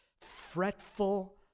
fretful